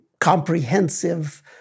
comprehensive